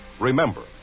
Remember